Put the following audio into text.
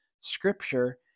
Scripture